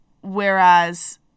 whereas